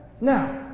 Now